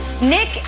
Nick